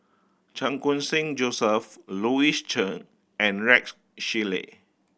Chan Khun Sing Joseph Louis Chen and Rex Shelley